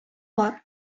бар